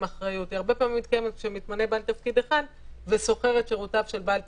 את ההשתלבות של רואי החשבון.